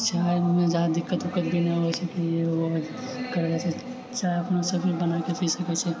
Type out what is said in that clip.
चायमे जादा दिक्कत ओक्कत भी नहि होइत छै चाय अपनासँ भी बनाय कऽ पी सकैत छी